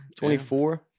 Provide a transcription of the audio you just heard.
24